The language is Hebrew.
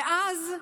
מאז,